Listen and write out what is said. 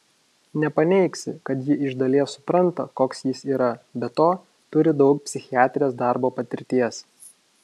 nepaneigsi kad ji iš dalies supranta koks jis yra be to turi daug psichiatrės darbo patirties